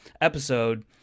episode